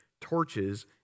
torches